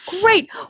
Great